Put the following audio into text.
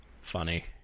Funny